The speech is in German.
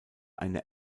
eine